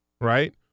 right